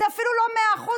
זה אפילו לא 100%,